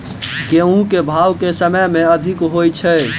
गेंहूँ केँ भाउ केँ समय मे अधिक होइ छै?